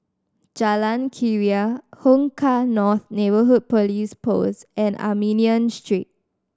Jalan Keria Hong Kah North Neighbourhood Police Post and Armenian Street